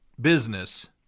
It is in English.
business